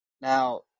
Now